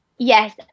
Yes